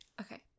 Okay